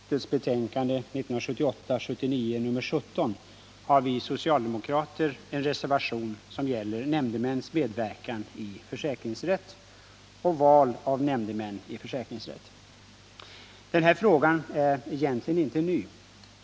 Herr talman! Vid socialförsäkringsutskottets betänkande 1978/79:17 har vi socialdemokrater fogat en reservation beträffande nämndemäns medverkan i försäkringsrätt och val av nämndemän i försäkringsrätt. Denna fråga är egentligen inte ny.